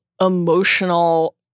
emotional